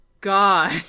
God